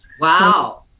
wow